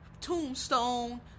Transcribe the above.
Tombstone